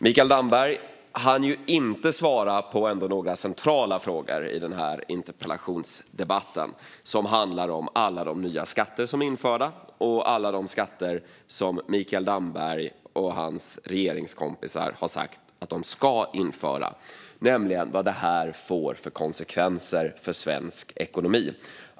Mikael Damberg hann inte svara på en av de centrala frågorna i denna interpellationsdebatt, nämligen vad alla de nya skatter som införts och alla de skatter som Mikael Damberg och hans regeringskompisar har sagt ska införa får för konsekvenser för svensk ekonomi.